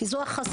כי זו החשיפה.